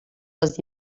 els